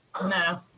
No